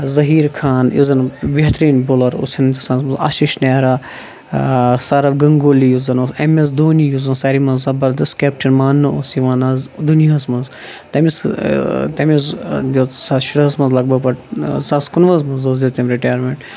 زٔہیٖر خان یُس زَن بیہتریٖن بولر اوس ہِندوستانس منٛز آشیٖش نیہرا سارَو گَنٛگولی یُس زَن اوس ایم ایس دونی یُس زَن اوس ساری منٛز زَبردست کیپٹین مانہٕ اوس یِوان حظ دُنیاہس منٛز تٔمِس تٔمِس دِیُت زٕ ساس شُرہَس منٛز لگ بگ بَٹ زٕ ساس کُنوُہہَس منٛز دِیُت تٔمۍ رِٹایَرمیٚنٹ